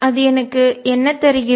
அது எனக்கு என்ன தருகிறது